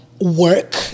work